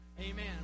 Amen